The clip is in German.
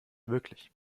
wirklich